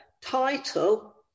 title